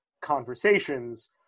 conversations